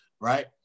right